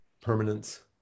permanence